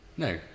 No